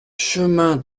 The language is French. chemin